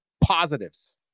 positives